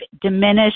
diminished